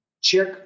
check